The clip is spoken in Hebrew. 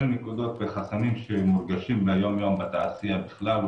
אלו נקודות וחסמים שמורגשים ביום יום בתעשייה בכלל,